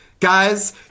Guys